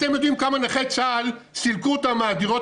אתם יודעים כמה נכי צה"ל סילקן אותם מהדירות